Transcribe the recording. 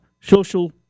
social